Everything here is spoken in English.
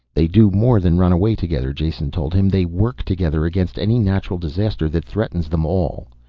they do more than run away together, jason told him. they work together against any natural disaster that threatens them all.